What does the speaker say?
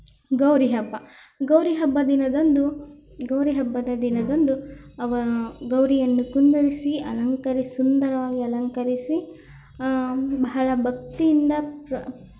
ಗೌರಿ ಹಬ್ಬ ಗೌರಿ ಹಬ್ಬ ದಿನದಂದು ಗೌರಿ ಹಬ್ಬದ ದಿನದಂದು ಅವಾ ಗೌರಿಯನ್ನು ಕುಳ್ಳರಿಸಿ ಅಲಂಕರಿಸಿ ಸುಂದರವಾಗಿ ಅಲಂಕರಿಸಿ ಬಹಳ ಭಕ್ತಿಯಿಂದ ಪ್ರ